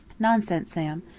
nonsense sam.